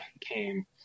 came